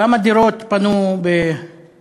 כמה דירות בנו בטייבה,